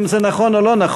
אם זה נכון לא נכון,